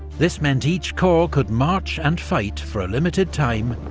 this meant each corps could march and fight, for a limited time,